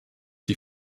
die